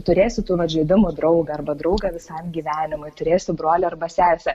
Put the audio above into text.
turėsi tu vat žaidimų draugą arba draugą visam gyvenimui turėsi brolį arba sesę